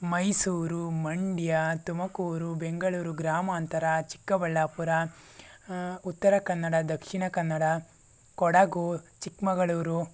ಮೈಸೂರು ಮಂಡ್ಯ ತುಮಕೂರು ಬೆಂಗಳೂರು ಗ್ರಾಮಾಂತರ ಚಿಕ್ಕಬಳ್ಳಾಪುರ ಉತ್ತರ ಕನ್ನಡ ದಕ್ಷಿಣ ಕನ್ನಡ ಕೊಡಗು ಚಿಕ್ಕಮಗಳೂರು